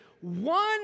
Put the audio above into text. one